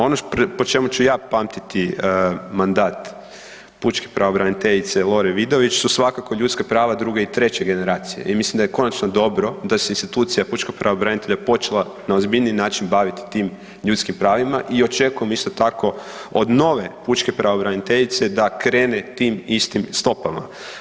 Ono po čemu ću ja pamtiti mandat pučke pravobraniteljice Lore Vidović su svakako ljudska prava druge i treće generacije i mislim da je konačno dobro da se institucija pučkog pravobranitelja počela na ozbiljniji način baviti tim ljudskim pravima i očekujem isto tako od nove pučke pravobraniteljice da krene tim istim stopama.